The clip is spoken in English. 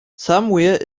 somewhere